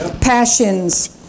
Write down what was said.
Passions